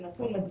זה נתון מדאיג,